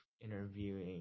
interviewing